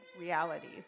realities